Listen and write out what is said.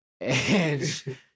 And-